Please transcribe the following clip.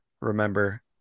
remember